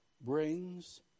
brings